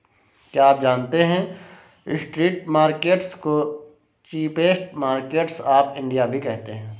क्या आप जानते है स्ट्रीट मार्केट्स को चीपेस्ट मार्केट्स ऑफ इंडिया भी कहते है?